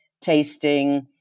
tasting